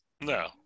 No